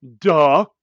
duh